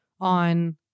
on